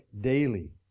daily